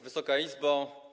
Wysoka Izbo!